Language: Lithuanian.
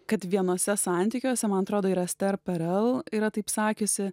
kad vienuose santykiuose man atrodo yra esther perel yra taip sakiusi